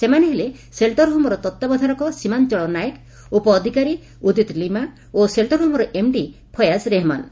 ସେମାନେ ହେଲେ ସେଲ୍ଟର୍ ହୋମ୍ର ତତ୍ତାବଧାରକ ସୀମାଞ୍ଚଳ ନାୟକ ଉପଅଧୁକାରୀ ଉଦିତ୍ ଲିମା ଓ ସେଲ୍ଟର୍ ହୋମ୍ର ଏମ୍ଡି ଫୟାଜ୍ ରେହମାନ୍